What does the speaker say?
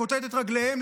לכתת את רגליהם,